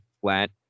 flat